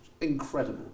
Incredible